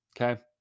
Okay